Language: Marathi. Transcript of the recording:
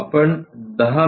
आपण 10 मि